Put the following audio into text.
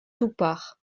toupart